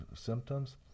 symptoms